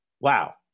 Wow